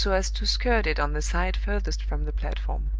so as to skirt it on the side furthest from the platform.